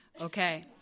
Okay